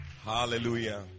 Hallelujah